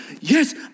Yes